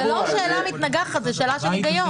זאת לא שאלה מתנגחת, זאת שאלה של היגיון.